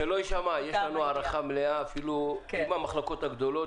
שלא יישמע יש לנו הערכה מלאה עם המחלוקות הגדולות.